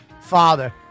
father